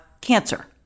cancer